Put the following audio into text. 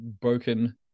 broken